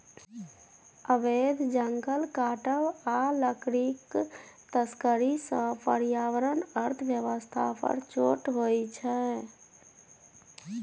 अबैध जंगल काटब आ लकड़ीक तस्करी सँ पर्यावरण अर्थ बेबस्था पर चोट होइ छै